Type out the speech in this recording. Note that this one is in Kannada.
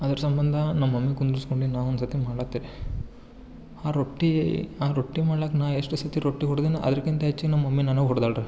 ಅದ್ರ ಸಂಬಂಧ ನಮ್ಮ ಮಮ್ಮಿನ ಕುಂದ್ರುಸ್ಕೊಂಡು ನಾ ಒಂದು ಸತಿ ಮಾಡತ್ತೆ ಆ ರೊಟ್ಟಿ ಆ ರೊಟ್ಟಿ ಮಾಡ್ಲಾಕೆ ನಾ ಎಷ್ಟು ಸತಿ ರೊಟ್ಟಿ ಹೊಡೆದೀನಿ ಅದ್ರಕ್ಕಿಂತ ಹೆಚ್ಚಾನ ನಮ್ಮ ಮಮ್ಮಿ ನನಗೆ ಹೊಡೆದಾಳ್ರೀ